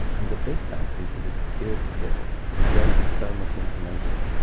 and a big thank you to the security girl who gave us so much information.